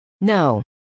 No